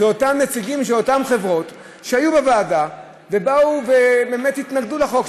אותם נציגים של אותן חברות שהיו בוועדה ובאו ובאמת התנגדו לחוק.